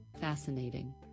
Fascinating